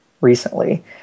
recently